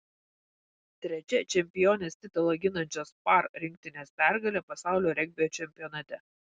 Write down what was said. trečia čempionės titulą ginančios par rinktinės pergalė pasaulio regbio čempionate